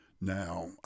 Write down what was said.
Now